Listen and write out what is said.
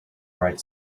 bright